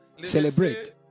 celebrate